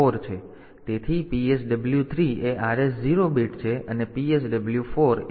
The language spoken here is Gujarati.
તેથી PSW 3 એ R S 0 બીટ છે અને PSW 4 એ R S 1 બીટ છે